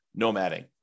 nomading